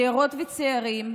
צעירות וצעירים,